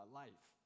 life